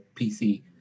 PC